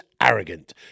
arrogant